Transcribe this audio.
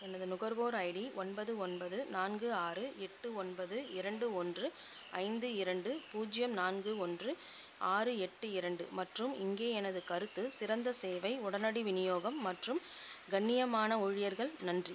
எனது நுகர்வோர் ஐடி ஒன்பது ஒன்பது நான்கு ஆறு எட்டு ஒன்பது இரண்டு ஒன்று ஐந்து இரண்டு பூஜ்யம் நான்கு ஒன்று ஆறு எட்டு இரண்டு மற்றும் இங்கே எனது கருத்து சிறந்த சேவை உடனடி விநியோகம் மற்றும் கண்ணியமான ஊழியர்கள் நன்றி